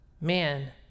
Man